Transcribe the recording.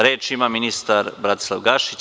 Reč ima ministar Bratislav Gašić.